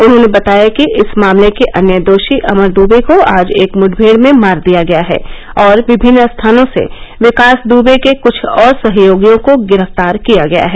उन्होंने बताया कि इस मामले के अन्य दोषी अमर दवे को आज एक मुठमेड़ में मार दिया गया है और विभिन्न स्थानों से विकास दुबे के कुछ और सहयोगियों को गिरफ्तार किया गया है